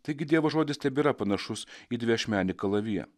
taigi dievo žodis tebėra panašus į dviašmenį kalaviją